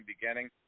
beginning